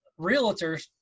realtors